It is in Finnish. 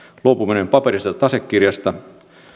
luopuminen paperisesta tasekirjasta